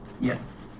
Yes